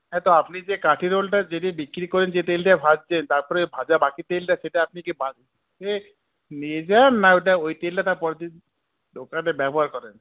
হ্যাঁ তো আপনি যে কাঠি রোলটা যে দিন বিক্রি করেন যে তেল দিয়ে ভাজছেন তারপরে ভাজা বাকি তেলটা সেটা আপনি কি বাড়িতে নিয়ে যান না ঐটা ঐ তেলটা পরের দিন দোকানে ব্যবহার করেন